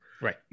Right